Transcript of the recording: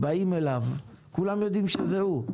באים אליו, וכולם יודעים שזה הוא.